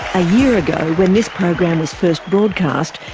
a year ago, when this program was first broadcast,